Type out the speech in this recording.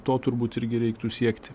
to turbūt irgi reiktų siekti